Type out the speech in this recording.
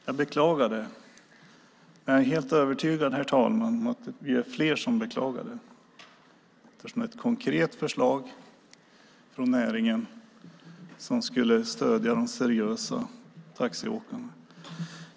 Jag beklagar detta, och jag är helt övertygad om att vi är fler som beklagar det, eftersom det är ett konkret förslag från näringen som skulle stödja de seriösa taxiåkarna.